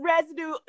residue